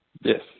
Yes